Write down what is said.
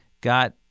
got